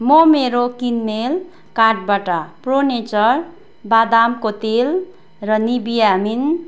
म मेरो किनमेल कार्टबाट प्रो नेचर बादामको तेल र निबिया मिन